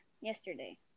Yesterday